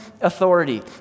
authority